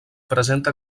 presenta